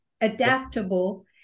adaptable